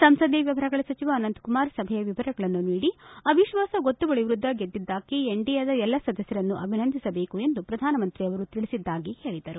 ಸಂಸದೀಯ ವ್ಯವಹಾರಗಳ ಸಚಿವ ಅನಂತಕುಮಾರ್ ಸಭೆಯ ವಿವರಗಳನ್ನು ನೀಡಿ ಅವಿಶ್ವಾಸ ಗೊತ್ತುವಳಿ ವಿರುದ್ದ ಗೆದ್ದಿದ್ದಕ್ಕಾಗಿ ಎನ್ಡಿಎದ ಎಲ್ಲ ಸದಸ್ಟರನ್ನು ಅಭಿನಂದಿಸಬೇಕು ಎಂದು ಪ್ರಧಾನ ಮಂತ್ರಿ ಅವರು ತಿಳಿಸಿದ್ದಾಗಿ ಹೇಳಿದರು